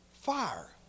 Fire